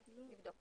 אבל נבדוק.